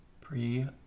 Pre